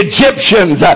Egyptians